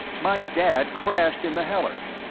my dad crashed in the hellers,